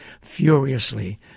furiously